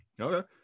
Okay